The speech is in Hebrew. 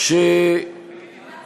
יש לך